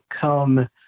come